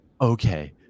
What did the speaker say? Okay